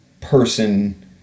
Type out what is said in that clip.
person